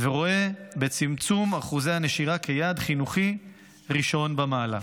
ורואה בצמצום אחוזי הנשירה יעד חינוכי ראשון במעלה.